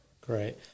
Great